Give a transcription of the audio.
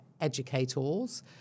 educators